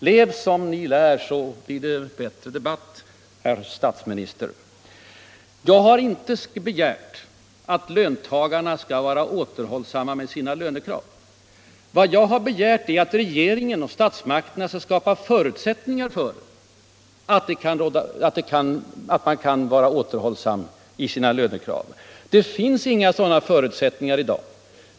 Lev som ni lär, så blir det bättre debatt, herr statsminister! Jag har inte begärt att löntagarna skall vara återhållsamma med sina lönekrav. Vad jag har begärt är att regeringen och statsmakterna skall skapa förutsättningar för att man kan vara återhållsam i sina lönekrav. Det finns inga sådana förutsättningar i dag.